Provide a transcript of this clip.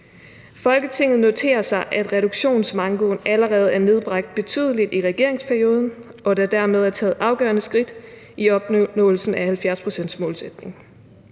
»Folketinget noterer sig, at reduktionsmankoen allerede er nedbragt betydeligt i regeringsperioden, og der dermed er taget afgørende skridt i opnåelsen af 70-procents-målsætningen.